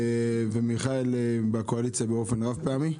ומיכאל בקואליציה באופן רב פעמי,